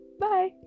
bye